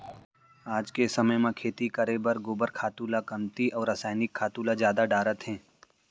आज के समे म खेती करे बर गोबर खातू ल कमती अउ रसायनिक खातू ल जादा डारत हें